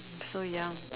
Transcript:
so young